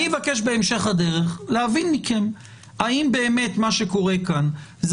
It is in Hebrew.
אני אבקש בהמשך הדרך להבין מכם האם באמת מה שקורה כאן זה